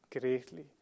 greatly